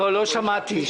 והכול בסדר,